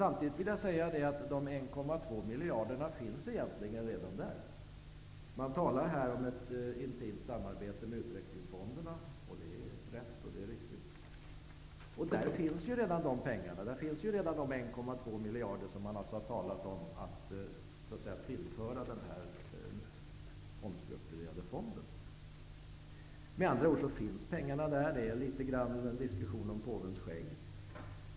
Samtidigt vill jag säga att de 1,2 miljarderna egentligen redan finns där. I detta sammanhang talas det om ett intimt samarbete med utvecklingsfonderna. Det är rätt och riktigt. Och där finns redan de 1,2 miljarder som man har talat om att tillföra denna omstrukturerade fond. Eftersom pengarna redan finns där, är detta litet grand en diskussion om påvens skägg.